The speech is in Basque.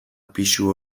pisu